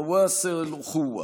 העם האמירתי והבחרייני רמי היחס,